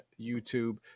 YouTube